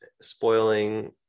spoiling